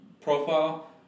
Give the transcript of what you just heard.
profile